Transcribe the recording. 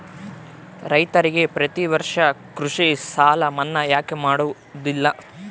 ರೈತರಿಗೆ ಪ್ರತಿ ವರ್ಷ ಕೃಷಿ ಸಾಲ ಮನ್ನಾ ಯಾಕೆ ಮಾಡೋದಿಲ್ಲ?